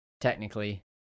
Technically